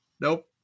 Nope